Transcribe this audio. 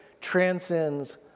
transcends